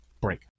break